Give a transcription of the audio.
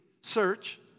Search